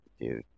Dude